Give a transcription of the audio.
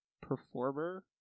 performer